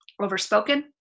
overspoken